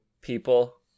people